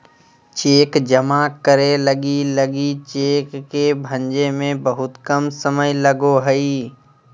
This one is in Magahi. चेक जमा करे लगी लगी चेक के भंजे में बहुत कम समय लगो हइ